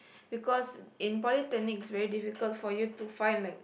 because in polytechnic it's very difficult for you to find like